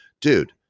dude